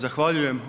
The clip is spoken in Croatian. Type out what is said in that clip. Zahvaljujem.